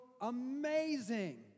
amazing